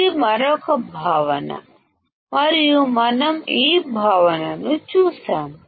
ఇది మరొక భావన మరియు మనం ఈ భావనను చూశాము